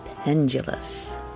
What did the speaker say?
pendulous